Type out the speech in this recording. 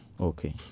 Okay